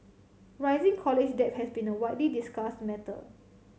rising college debt has been a widely discussed matter